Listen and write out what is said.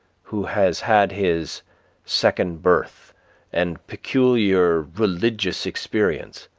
who has had his second birth and peculiar religious experience,